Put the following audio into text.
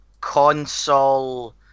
console